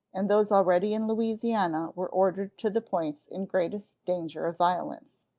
and those already in louisiana were ordered to the points in greatest danger of violence.